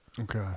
Okay